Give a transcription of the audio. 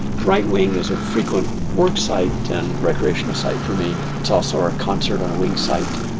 right wing is a frequent work site and recreational site for me. it's also our concert on a wing site.